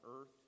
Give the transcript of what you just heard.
earth